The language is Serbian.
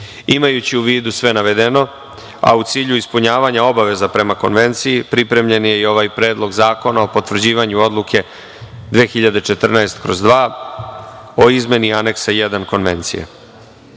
u vidu sve navedeno, a u cilju ispunjavanja obaveza prema konvenciji pripremljen je i ovaj Predlog zakona o potvrđivanju odluke 2014/2 o izmeni Aneksa 1. konvencije.